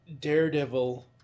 Daredevil